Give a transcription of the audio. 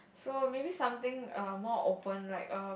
so maybe something err more open like um